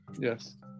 Yes